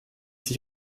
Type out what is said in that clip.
sich